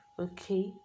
okay